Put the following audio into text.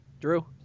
Drew